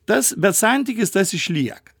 tas bet santykis tas išlieka